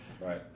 Right